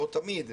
לא תמיד,